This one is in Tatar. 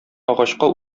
агачка